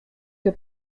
que